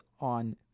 on